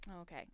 Okay